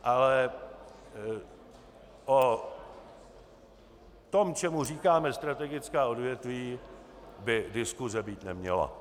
Ale o tom, čemu říkáme strategická odvětví, by diskuze být neměla.